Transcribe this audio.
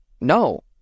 No